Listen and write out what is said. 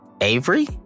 Avery